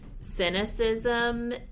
cynicism